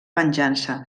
venjança